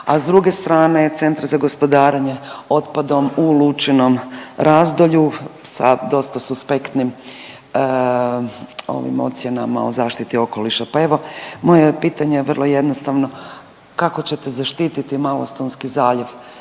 a s druge strane, centra za gospodarenje otpadom u Lučinom razdolju sa dosta suspektnim ovim ocjenama o zaštiti okoliša. Pa evo, moje pitanje je vrlo jednostavno, kako ćete zaštititi Malostonski zaljev